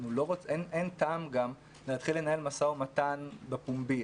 אין טעם להתחיל לנהל משא-ומתן פומבי.